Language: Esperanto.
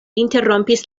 interrompis